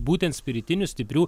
būtent spiritinių stiprių